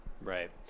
Right